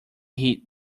hit